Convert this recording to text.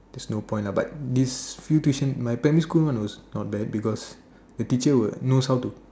there's no point lah but this few tuition my primary school one was not bad because the teacher will knows how to